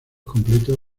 completos